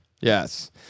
yes